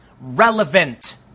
relevant